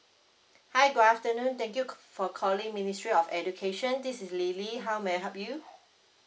hi good afternoon thank you for calling ministry of education this is lily how may I help you